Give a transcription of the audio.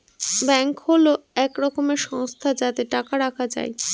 bank হল এক রকমের সংস্থা যাতে টাকা রাখা যায়